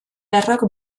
errok